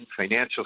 financial